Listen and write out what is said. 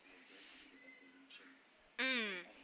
mm